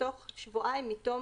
בתוך שבועיים מתום